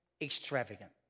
extravagant